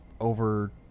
over